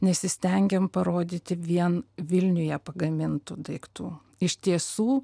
nesistengėm parodyti vien vilniuje pagamintų daiktų iš tiesų